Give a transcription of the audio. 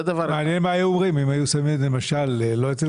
מעניין מה היו אומרים אם היו שמים למשל לא אצל